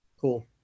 Cool